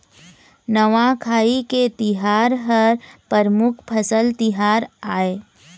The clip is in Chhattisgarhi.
नवाखाई के तिहार ह परमुख फसल तिहार आय